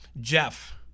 Jeff